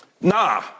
Nah